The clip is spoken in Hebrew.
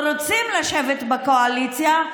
או רוצים לשבת בקואליציה,